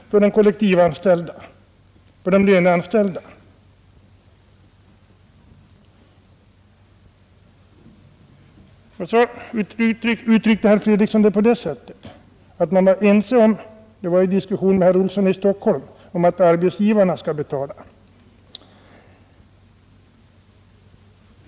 I diskussionen med herr Olsson i Stockholm uttryckte sig herr Fredriksson på det sättet att man var ense om att arbetsgivarna skall betala.